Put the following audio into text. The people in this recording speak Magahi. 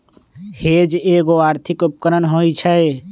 हेज एगो आर्थिक उपकरण होइ छइ